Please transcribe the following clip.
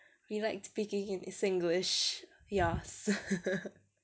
we like speaking in singlish yes